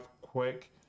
quick